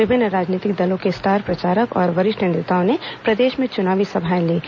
विभिन्न राजनीतिक दलों के स्टार प्रचारक और वरिष्ठ नेताओं ने प्रदेश में चुनावी सभाएं लीं